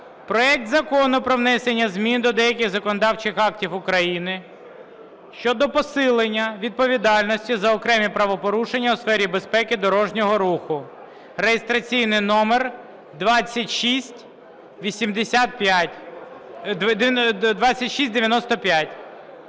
проект Закону про внесення змін до деяких законодавчих актів України щодо посилення відповідальності за окремі правопорушення у сфері безпеки дорожнього руху (реєстраційний номер 2695).